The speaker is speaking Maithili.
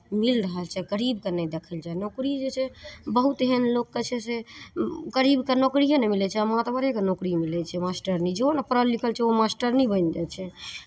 मिल रहल छै गरीबकेँ नहि देखय लए चाहै छै नौकरी जे छै बहुत एहन लोकके छै से गरीबकेँ नौकरिए नहि मिलै छै आ मातबरेके नौकरी मिलै छै मास्टरनी जेहो नहि पढ़ल लिखल छै ओ मास्टरनी बनि जाइ छै